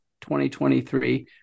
2023